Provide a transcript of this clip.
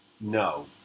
No